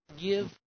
give